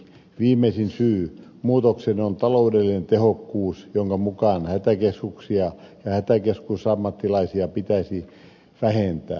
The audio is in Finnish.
viimeisin syy muutokseen on taloudellinen tehokkuus jonka mukaan hätäkeskuksia ja hätäkeskusammattilaisia pitäisi vähentää